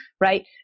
right